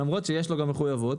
למרות שיש לו גם מחויבות,